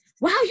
Wow